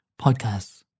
podcasts